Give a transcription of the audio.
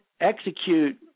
execute